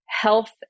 health